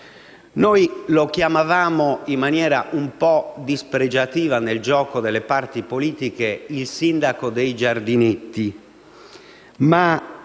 Noi lo chiamavamo, in maniera un po' spregiativa nel gioco delle parti politiche, "il sindaco dei giardinetti", ma